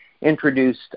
introduced